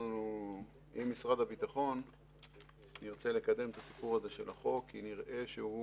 אנחנו עם משרד הביטחון נרצה לקדם את הסיפור של החוק כי נראה שהוא